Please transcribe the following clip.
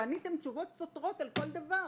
ועניתם תשובות סותרות על כל דבר.